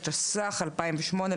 התשס"ח-2008,